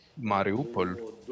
Mariupol